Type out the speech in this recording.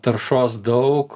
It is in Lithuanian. taršos daug